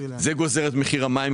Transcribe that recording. זה גוזר את מחיר המים,